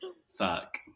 suck